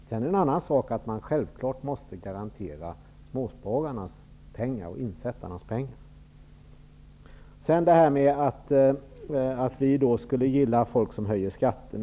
Det är en annan sak att man självfallet måste garantera småspararnas pengar. Lars Tobisson antyder att vi i Vänsterpartiet skulle gilla folk som höjer skatter.